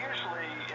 Usually